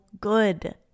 good